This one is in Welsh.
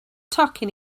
tocyn